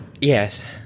Yes